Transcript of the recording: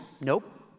Nope